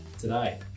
today